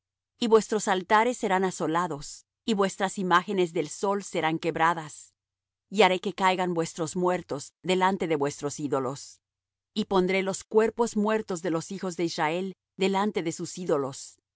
y vuestros altares serán asolados y vuestras imágenes del sol serán quebradas y haré que caigan vuestros muertos delante de vuestros ídolos y pondré los cuerpos muertos de los hijos de israel delante de sus ídolos